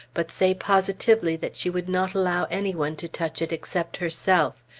but say positively that she would not allow any one to touch it except herself,